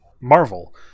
Marvel